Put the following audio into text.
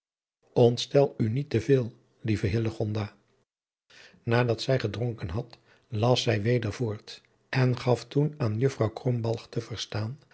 ontstel u niet te veel lieve hillegonda nadat zij gedronken adriaan loosjes pzn het leven van hillegonda buisman had las zij weder voort en gaf toen aan juffrouw krombalg te verstaan